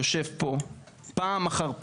יושב פה פעם אחר פעם.